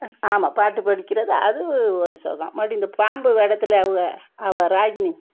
ஆமாம் பாட்டு படிக்கிறது அது ஒரு சுகம் மறுபடியும் இந்த பாம்பு படத்தில் அவள் ராகினி